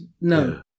no